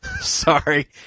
Sorry